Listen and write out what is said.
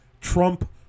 Trump